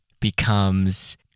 becomes